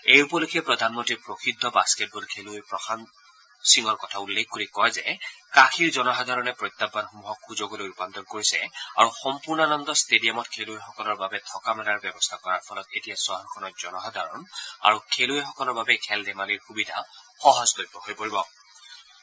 এই উপলক্ষে প্ৰধানমন্ত্ৰীয়ে প্ৰসিদ্ধ বাস্কেটবল খেলুৱৈ প্ৰশান্ত সিঙৰ কথা উল্লেখ কৰি কয় যে কাশীৰ জনসাধাৰণে প্ৰত্যাহবানসমূহক সুযোগলৈ ৰূপান্তৰ কৰিছে আৰু সম্পূৰ্ণানন্দ ষ্টেডিয়ামত খেলুৱৈসকলৰ বাবে থকা মেলাৰ ব্যৱস্থা কৰাৰ ফলত এতিয়া চহৰখনৰ জনসাধাৰণ আৰু খেলুৱৈসকলৰ বাবে খেল ধেমালিৰ সুবিধা সহজলভ্য হৈ পৰিছে